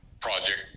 project